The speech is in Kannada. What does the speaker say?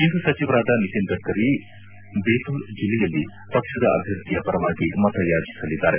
ಕೇಂದ್ರ ಸಚಿವರಾದ ನಿತಿನ್ ಗಡ್ಕರಿ ಬೇತುಳ್ ಜಿಲ್ಲೆಯಲ್ಲಿ ಪಕ್ಷದ ಅಭ್ಯರ್ಥಿಯ ಪರವಾಗಿ ಮತಯಾಚಿಸಲಿದ್ದಾರೆ